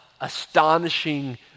astonishing